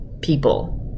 people